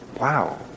wow